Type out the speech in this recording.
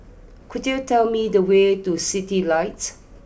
could you tell me the way to Citylights